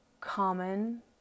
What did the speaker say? common